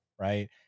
Right